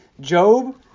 Job